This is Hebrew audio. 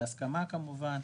בהסכמה כמובן,